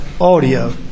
audio